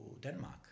Denmark